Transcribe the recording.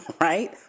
right